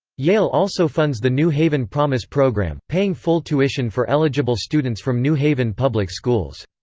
yale also funds the new haven promise program, paying full tuition for eligible students from new haven public schools.